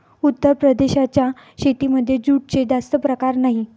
उत्तर प्रदेशाच्या शेतीमध्ये जूटचे जास्त प्रकार नाही